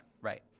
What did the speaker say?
right